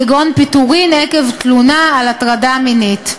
כגון פיטורין עקב תלונה על הטרדה מינית.